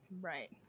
Right